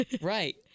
Right